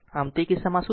આમ તે કિસ્સામાં શું થશે